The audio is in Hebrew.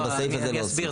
ובסעיף הזה להוסיף.